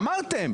אמרתם.